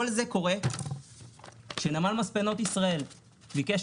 כל זה קורה כשנמל מספנות ישראל ביקש